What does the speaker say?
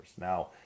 Now